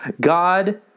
God